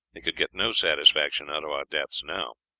they could get no satisfaction out of our deaths now.